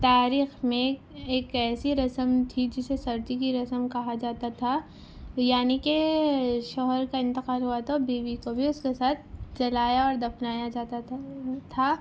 تاریخ میں ایک ایسی رسم تھی جسے ستی کی رسم کہا جاتا تھا یعنی کہ شوہر کا انتقال ہوا تو بیوی کو بھی اس کے ساتھ جلایا اور دفنایا جاتا تھا تھا